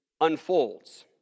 unfolds